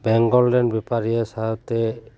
ᱵᱮᱝᱜᱚᱞ ᱨᱮᱱ ᱵᱮᱯᱟᱨᱤᱭᱟᱹ ᱥᱟᱶᱛᱮ